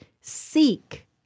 seek